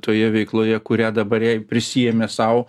toje veikloje kurią dabar jai prisiėmė sau